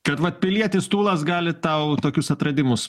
kad vat pilietis tūlas gali tau tokius atradimus